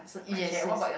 yes yes